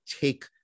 take